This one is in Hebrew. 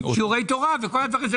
שיעורי תורה וכל הדברים האלה.